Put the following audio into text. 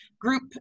group